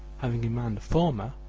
having in mind the former,